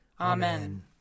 Amen